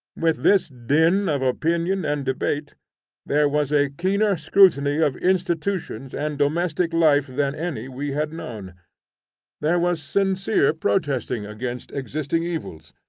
with this din of opinion and debate there was a keener scrutiny of institutions and domestic life than any we had known there was sincere protesting against existing evils,